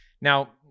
Now